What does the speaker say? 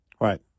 Right